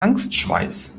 angstschweiß